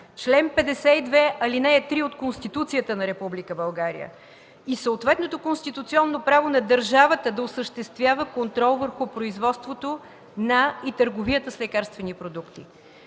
чл. 52, ал. 3 от Конституцията на Република България, и съответното конституционно право на държавата да осъществява контрол върху производството и търговията с лекарствени продукти